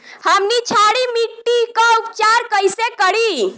हमनी क्षारीय मिट्टी क उपचार कइसे करी?